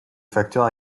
facteurs